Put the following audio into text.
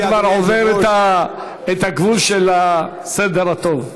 אתה כבר עובר את הגבול של הסדר הטוב.